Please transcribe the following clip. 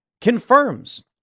confirms